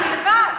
אני לבד.